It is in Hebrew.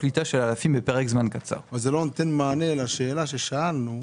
הפניות אושרו.